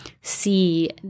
see